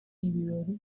ibirori